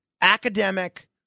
academic